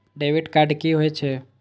Debit card की होय छे?